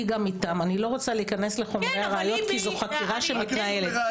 אני לא רוצה להיכנס לחומרי הראיות כי זו חקירה שמתנהלת.